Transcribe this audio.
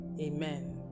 Amen